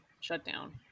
shutdown